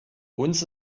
uns